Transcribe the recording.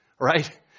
right